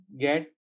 get